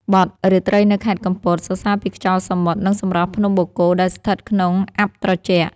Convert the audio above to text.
បទ «រាត្រីនៅខេត្តកំពត» សរសើរពីខ្យល់សមុទ្រ និងសម្រស់ភ្នំបូកគោដែលស្ថិតក្នុងអ័ព្ទត្រជាក់។